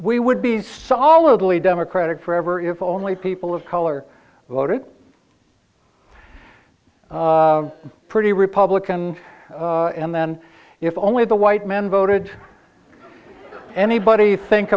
we would be solidly democratic forever if only people of color voted pretty republican and then if only the white men voted anybody think